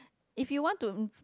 if you want to